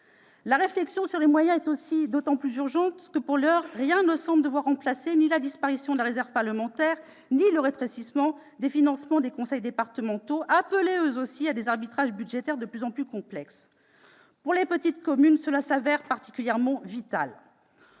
La réflexion sur les moyens est d'autant plus urgente que, pour l'heure, rien ne semble devoir remplacer la disparition de la réserve parlementaire et le rétrécissement des financements des conseils départementaux, appelés eux aussi à des arbitrages budgétaires de plus en plus complexes. Pour les petites communes, cela s'avère particulièrement vital.